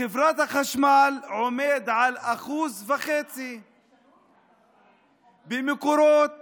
בחברת החשמל הוא עומד על 1.5%. במקורות